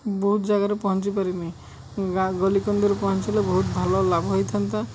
ବହୁତ ଜାଗାରେ ପହଞ୍ଚି ପାରିନି ଗଳିକନ୍ଦିରେ ପହଞ୍ଚିଲେ ବହୁତ ଭଲ ଲାଭ ହେଇଥାନ୍ତା